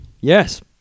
Yes